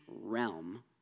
realm